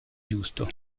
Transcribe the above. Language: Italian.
giusto